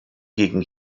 gegen